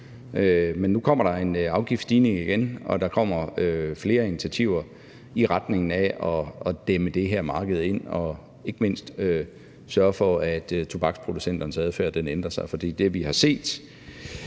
Men nu kommer der en afgiftsstigning igen, og der kommer flere initiativer, i retning af at dæmme det her marked ind og ikke mindst sørge for, at tobaksproducenternes adfærd ændrer sig, for det, vi har set,